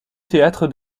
théâtre